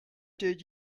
did